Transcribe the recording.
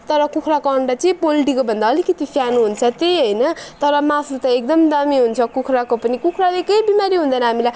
तर कुखुराको अन्डा चाहिँ पोल्ट्रीको भन्दा अलिकति सानो हुन्छ त्यही होइन तर मासु त एकदम दामी हुन्छ कुखुराको पनि कुखुराले केही बिमारी हुँदैन हामीलाई